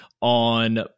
on